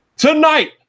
Tonight